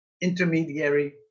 intermediary